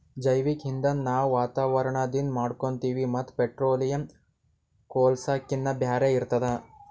ಜೈವಿಕ್ ಇಂಧನ್ ನಾವ್ ವಾತಾವರಣದಿಂದ್ ಪಡ್ಕೋತೀವಿ ಮತ್ತ್ ಪೆಟ್ರೋಲಿಯಂ, ಕೂಳ್ಸಾಕಿನ್ನಾ ಬ್ಯಾರೆ ಇರ್ತದ